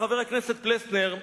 לחבר הכנסת פלסנר,